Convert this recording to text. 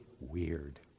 weird